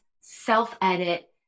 self-edit